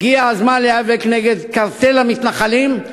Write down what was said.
הגיע הזמן להיאבק נגד קרטל המתנחלים,